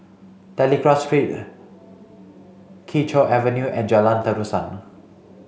Telegraph Street Kee Choe Avenue and Jalan Terusan